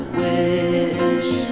wish